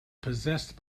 possessed